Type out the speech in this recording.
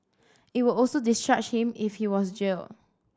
it would also discharge him if he was jailed